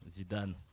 Zidane